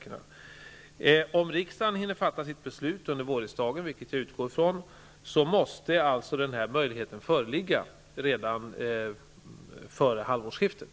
Om riksdagen hinner fatta beslut i ärendet under vårriksdagen, och jag utgår från att så kommer att vara fallet, måste den här möjligheten föreligga redan före halvårsskiftet.